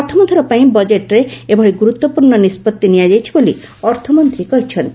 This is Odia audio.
ପ୍ରଥମଥର ପାଇଁ ବଜେଟ୍ରେ ଏଭଳି ଗୁରୁତ୍ୱପୂର୍ଣ୍ଣ ନିଷ୍କଭି ନିଆଯାଇଛି ବୋଲି ଅର୍ଥମନ୍ତ୍ରୀ କହିଚ୍ଚନ୍ତି